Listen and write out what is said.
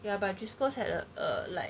ya but just cause like a err like